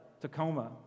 Tacoma